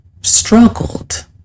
struggled